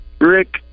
Rick